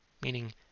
meaning